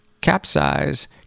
capsize